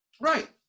right